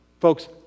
Folks